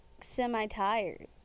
semi-tired